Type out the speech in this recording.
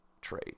trade